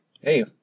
hey